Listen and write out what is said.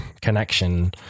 connection